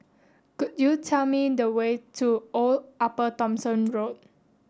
could you tell me the way to Old Upper Thomson Road